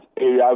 area